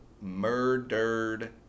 murdered